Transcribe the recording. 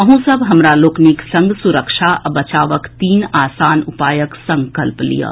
अहूँ सब हमरा लोकनिक संग सुरक्षा आ बचावक तीन आसान उपायक संकल्प लियऽ